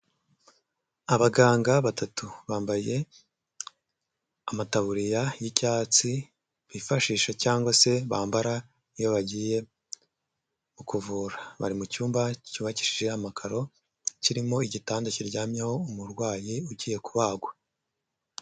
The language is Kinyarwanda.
Abaganga batatu, bambaye amataburiya y'icyatsi, bifashisha cyangwa se bambara iyo bagiye kukuvura, bari mucmba cyubakishije amakaro, kirimo igitanda kiryamyeho umurwayi ugiye kubagwa.